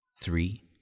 three